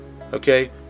Okay